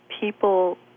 people